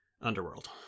underworld